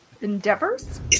Endeavors